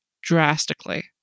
drastically